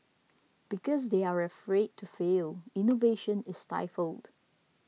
because they are afraid to fail innovation is stifled